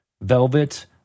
velvet